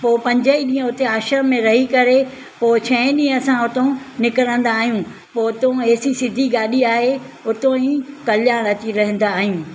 पोइ पंजई ॾींहुं उते आश्रम में रही करे पोइ छहे ॾींहं असां उतो निकिरींदा आहिंयूं पोइ उतो एसी सिधी गाॾी आहे उतो ई कल्याण अची रहंदा आहियूं